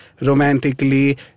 romantically